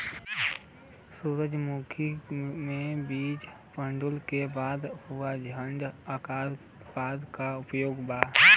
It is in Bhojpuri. सुरजमुखी मे बीज पड़ले के बाद ऊ झंडेन ओकरा बदे का उपाय बा?